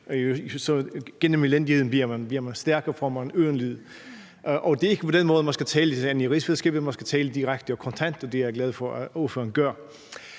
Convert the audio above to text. gennem elendigheden bliver man stærk og får ørenlyd. Det er ikke den måde, man skal tale til hinanden på i rigsfællesskabet, man skal tale direkte og kontant, og det er jeg glad for ordføreren gør.